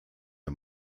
der